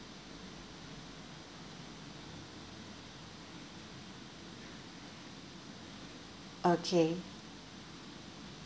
okay